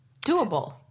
Doable